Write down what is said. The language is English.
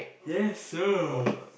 yes sir